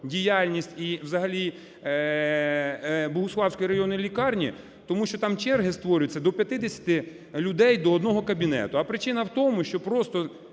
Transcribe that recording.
діяльність і взагалі Богуславської районної лікарні, тому що там черги створюються до 50 людей до одного кабінету. А причина в тому, що просто